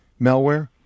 malware